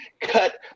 cut